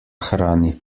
hrani